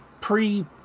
pre